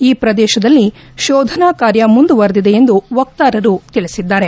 ಆ ಪ್ರದೇಶದಲ್ಲಿ ಶೋಧನಾ ಕಾರ್ಯ ಮುಂದುವರೆದಿದೆ ಎಂದು ವಕ್ತಾರರು ತಿಳಿಸಿದ್ದಾರೆ